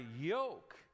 yoke